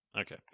Okay